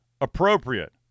appropriate